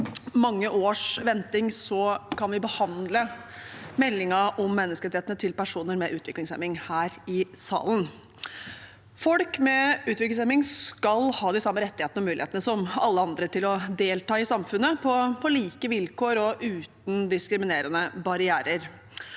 vi her i salen endelig behandle meldingen om menneskerettighetene til personer med utviklingshemming. Folk med utviklingshemming skal ha de samme rettighetene og mulighetene som alle andre til å delta i samfunnet, på like vilkår og uten diskriminerende barrierer.